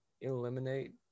eliminate